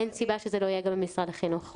אין סיבה שזה לא יהיה גם במשרד החינוך.